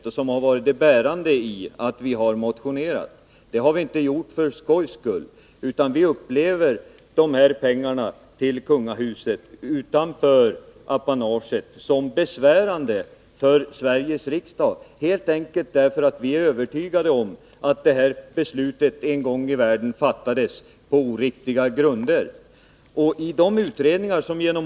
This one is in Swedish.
Jag och andra som motionerat har inte gjort det för skojs skull, utan vi har gjort det helt enkelt därför att vi är övertygade om att dessa pengar till kungahuset, utanför apanaget, utgått till följd av ett beslut som en gång i världen fattades på oriktiga grunder. Och det anser vi vara besvärande för Sveriges riksdag.